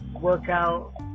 workout